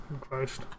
Christ